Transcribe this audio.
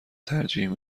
ترجیح